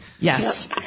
Yes